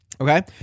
Okay